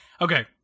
okay